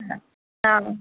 हा